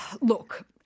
Look